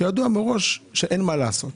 שידוע מראש שאין למה לעשות.